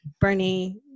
Bernie